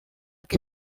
què